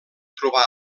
trobar